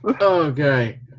Okay